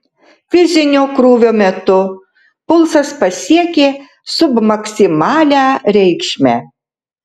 fizinio krūvio metu pulsas pasiekė submaksimalią reikšmę